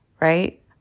right